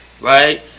Right